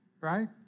right